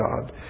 God